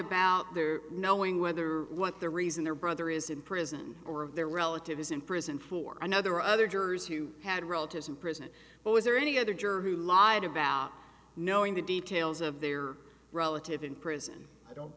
about their knowing whether what the reason their brother is in prison or of their relatives in prison for another other jurors who had relatives in prison but was there any other juror who lied about knowing the details of their relative in prison i don't